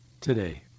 Today